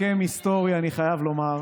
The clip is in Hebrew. הסכם היסטורי, אני חייב לומר.